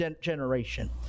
generation